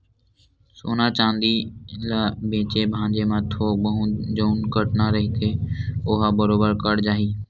सोना चांदी ल बेंचे भांजे म थोक बहुत जउन कटना रहिथे ओहा बरोबर कट जाही